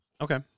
Okay